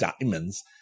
diamonds